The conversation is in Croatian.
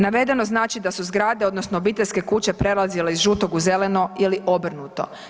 Navedeno znači da su zgrade odnosno obiteljske kuće prelazile iz žutog u zeleno ili obrnuto.